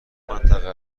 منطقه